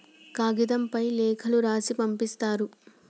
కాగితంపై లేఖలు రాసి పంపిస్తారు